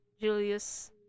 julius